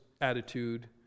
attitude